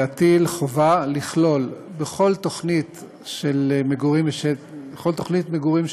להטיל חובה לכלול בכל תוכנית מגורים שמוגשת